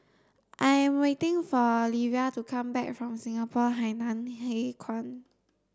I am waiting for Livia to come back from Singapore Hainan Hwee Kuan